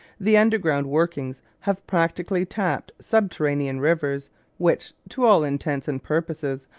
the underground workings have practically tapped subterranean rivers which, to all intents and purposes,